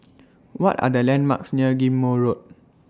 What Are The landmarks near Ghim Moh Road